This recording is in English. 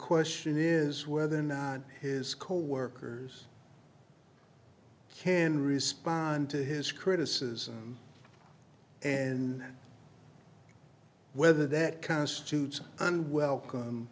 question is whether now his coworkers can respond to his criticism and whether that constitutes unwelcome